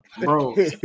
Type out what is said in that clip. Bro